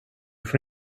får